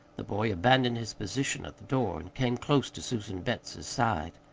the boy abandoned his position at the door, and came close to susan betts's side.